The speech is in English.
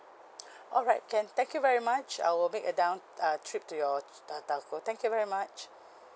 alright can thank you very much I will make a down uh trip to your telco thank you very much